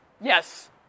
Yes